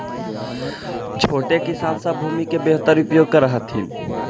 छोटे किसान सब भूमि के बेहतर उपयोग कर हथिन